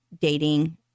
dating